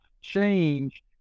change